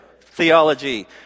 theology